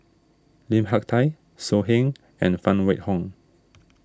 Lim Hak Tai So Heng and Phan Wait Hong